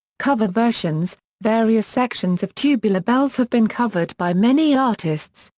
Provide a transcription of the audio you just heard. cover versions various sections of tubular bells have been covered by many artists,